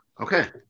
Okay